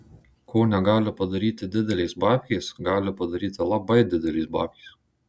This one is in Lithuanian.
ko negali padaryti didelės babkės gali padaryti labai didelės babkės